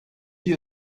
you